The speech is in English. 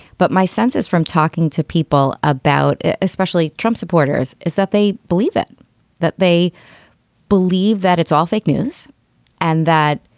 but my sense is from talking to people about especially trump supporters, is that they believe in that. they believe that it's all fake news and that,